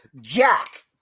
Jack